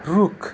रुख